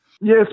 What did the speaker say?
Yes